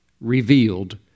revealed